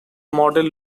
model